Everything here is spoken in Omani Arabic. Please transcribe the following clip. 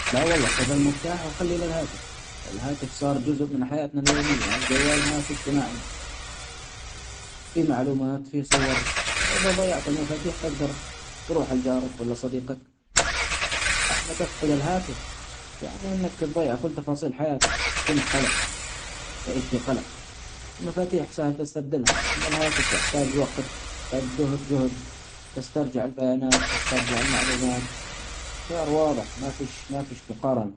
لا والله خذ المفتاح وخليلي الهاتف. الهاتف صار جزء من حياتنا اليومية ها الجوال مافيش غني عنة ، فيه معلومات فيه صور. إذا ضيعت المفاتيح تقدر تروح علي جارك ولا صديقك .أما تفقد الهاتف يعني إنك تضيع كل تفاصيل حياتك ، تكون قلق تعيش في قلق المفاتيح سهل تستبدلها. أما الهاتف يحتاج وقت ،يحتاج جهد ،تسترجع البيانات تسترجع المعلومات الخيار واظح مافيش-مافيش مقارنة.